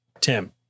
Tim